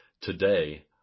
Today